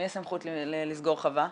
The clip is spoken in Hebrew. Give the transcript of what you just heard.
מי הסמכות לסגור חווה?